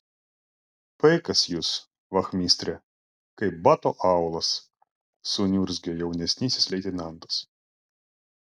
paikas jūs vachmistre kaip bato aulas suniurzgė jaunesnysis leitenantas